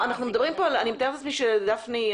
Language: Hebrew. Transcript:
אני מתארת לעצמי שדפני,